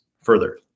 further